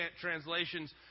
translations